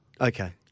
Okay